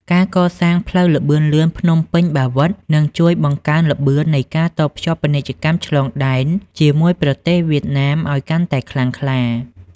ការសាងសង់ផ្លូវល្បឿនលឿនភ្នំពេញ-បាវិត នឹងជួយបង្កើនល្បឿននៃការតភ្ជាប់ពាណិជ្ជកម្មឆ្លងដែនជាមួយប្រទេសវៀតណាមឱ្យកាន់តែខ្លាំងក្លា។